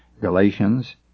Galatians